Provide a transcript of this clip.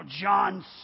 John